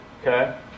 okay